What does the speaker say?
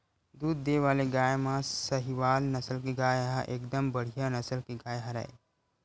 दूद देय वाले गाय म सहीवाल नसल के गाय ह एकदम बड़िहा नसल के गाय हरय